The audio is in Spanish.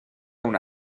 una